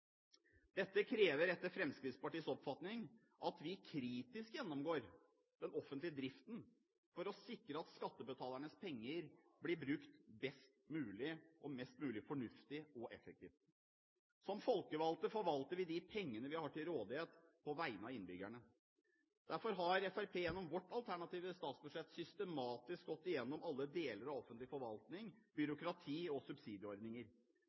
Dette krever, etter Fremskrittspartiets oppfatning, at vi kritisk gjennomgår den offentlige driften for å sikre at skattebetalernes penger blir brukt mest mulig fornuftig og effektivt. Som folkevalgte forvalter vi de pengene vi har til rådighet, på vegne av innbyggerne. Derfor har vi gjennom vårt alternative statsbudsjett systematisk gått igjennom alle deler av offentlig forvaltning, byråkrati og subsidieordninger.